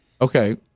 Okay